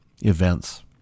events